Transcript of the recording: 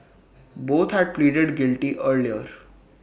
both had pleaded guilty earlier